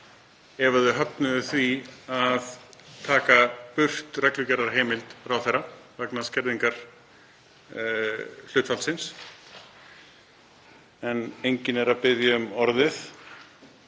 ef þau höfnuðu því að taka burt reglugerðarheimild ráðherra vegna skerðingarhlutfallsins. En enginn hefur beðið um orðið,